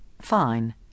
Fine